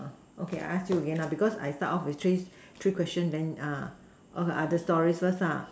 okay I ask you again ah because I start off with three three questions then uh all the other stories first lah